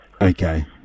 Okay